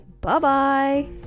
Bye-bye